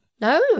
No